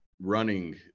running